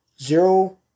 zero